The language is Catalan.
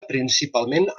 principalment